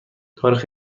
تاریخ